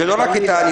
זה לא רק הנסיעות.